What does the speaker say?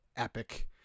Epic